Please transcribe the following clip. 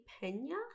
Pena